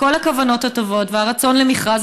עם כל הכוונות הטובות והרצון למכרז,